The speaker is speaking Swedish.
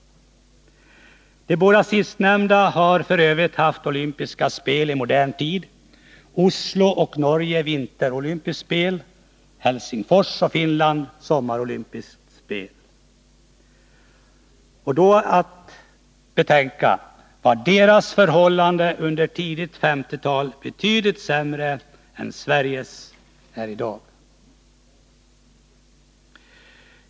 De båda sistnämnda har f. ö. haft olympiska speli modern tid — Oslo och Norge vinterolympiskt spel, Helsingfors och Finland sommarolympiskt spel. Då är att betänka att deras förhållanden under tidigt 1950-tal var betydligt sämre än Sveriges är i dag.